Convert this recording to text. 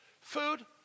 food